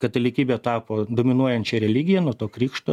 katalikybė tapo dominuojančia religija nuo to krikšto